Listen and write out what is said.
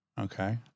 Okay